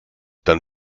dann